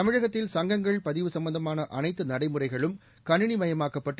தமிழகத்தில் சங்கங்கள் பதிவு சம்பந்தமான அனைத்து நடைமுறைகளும் கணினிமயமாக்கப்பட்டு